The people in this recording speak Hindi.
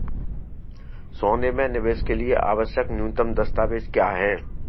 सोने में निवेश के लिए आवश्यक न्यूनतम दस्तावेज़ क्या हैं?